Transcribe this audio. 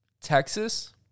Texas